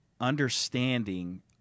understanding